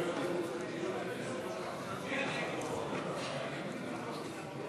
נא לשבת.